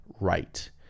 right